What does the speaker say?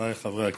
חבריי חברי הכנסת,